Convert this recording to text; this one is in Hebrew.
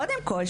קודם כל,